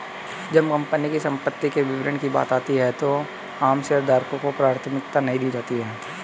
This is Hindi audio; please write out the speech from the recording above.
जब कंपनी की संपत्ति के वितरण की बात आती है तो आम शेयरधारकों को प्राथमिकता नहीं दी जाती है